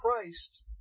Christ